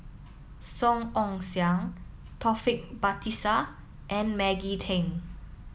Song Ong Siang Taufik Batisah and Maggie Teng